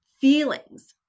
feelings